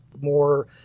more